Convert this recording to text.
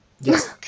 Yes